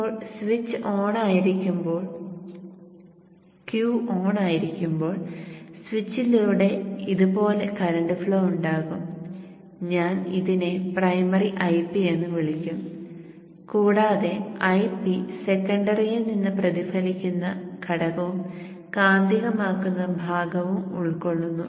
ഇപ്പോൾ സ്വിച്ച് ഓണായിരിക്കുമ്പോൾ Q ഓണായിരിക്കുമ്പോൾ സ്വിച്ചിലൂടെ ഇതുപോലെ കറന്റ് ഫ്ലോ ഉണ്ടാകും ഞാൻ ഇതിനെ പ്രൈമറി Ip എന്ന് വിളിക്കും കൂടാതെ Ip സെക്കണ്ടറിയിൽ നിന്ന് പ്രതിഫലിക്കുന്ന ഘടകവും കാന്തികമാക്കുന്ന ഭാഗവും ഉൾക്കൊള്ളുന്നു